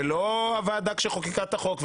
לא הוועדה עת חוקקה את החוק,